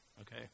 okay